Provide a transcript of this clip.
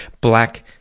black